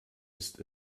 ist